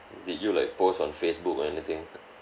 did you like post on facebook or anything